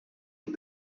and